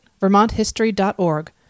vermonthistory.org